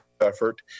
effort